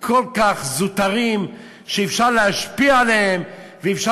כל כך זוטרים שאפשר להשפיע עליהם ואפשר